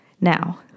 Now